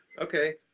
Okay